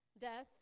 Death